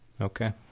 Okay